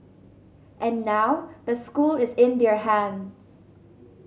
and now the school is in their hands